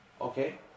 Okay